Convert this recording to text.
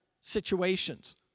situations